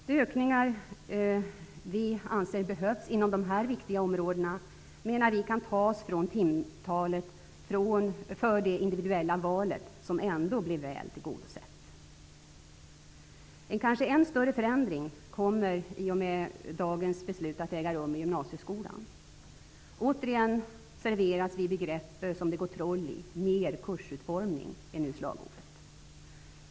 De ökningar som vi anser behövs inom dessa viktiga områden kan enligt vår mening tas från timantalet för det individuella valet, som ändå blir väl tillgodosett. En kanske än större förändring kommer i och med dagens beslut att äga rum i gymnasieskolan. Återigen serveras vi begrepp som det har gått troll i. ''Mer kursutformning'' är nu slagordet.